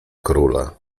króla